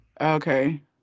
okay